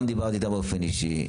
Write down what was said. גם דיברתי איתה באופן אישי,